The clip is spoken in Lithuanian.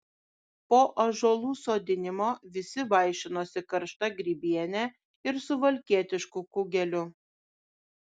po ąžuolų sodinimo visi vaišinosi karšta grybiene ir suvalkietišku kugeliu